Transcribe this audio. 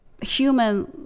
human